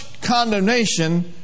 condemnation